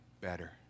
better